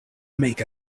make